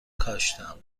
کاشتم